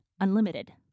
Unlimited